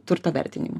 turto vertinimu